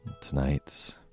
Tonight